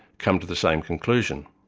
come to the same conclusion.